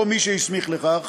או מי שהסמיך לכך,